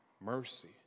mercy